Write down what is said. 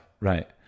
right